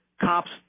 cops